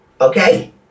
okay